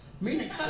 meaning